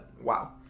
Wow